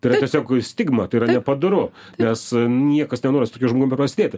tai yra tiesiog stigma tai yra nepadoru nes niekas nenori su tokiu žmogum beprasidėti